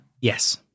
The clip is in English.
Yes